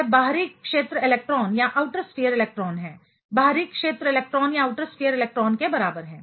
वे बाहरी क्षेत्र इलेक्ट्रॉन हैं बाहरी क्षेत्र इलेक्ट्रॉन के बराबर हैं